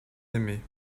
aimaient